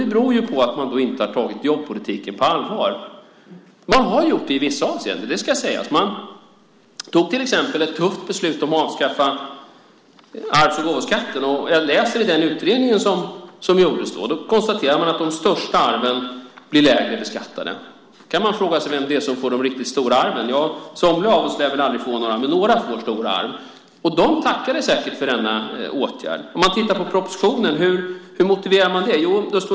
Det beror på att man inte har tagit jobbpolitiken på allvar. Man har gjort det i vissa avseenden; det ska sägas. Man fattade till exempel ett tufft beslut om att avskaffa arvs och gåvoskatten. Jag läser i den utredning som gjordes då att man konstaterar att de största arven blir lägre beskattade. Man kan fråga sig vem det är som får de riktigt stora arven. Somliga av oss lär väl aldrig få några, men några får det. De tackade säkert för denna åtgärd. Om vi tittar på propositionen kan vi se hur man motiverade detta.